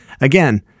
again